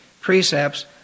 precepts